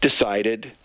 decided